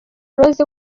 rose